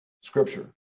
scripture